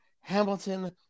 Hamilton